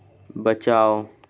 बचाओ